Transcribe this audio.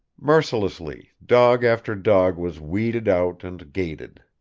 mercilessly, dog after dog was weeded out and gated.